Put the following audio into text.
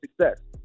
success